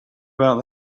about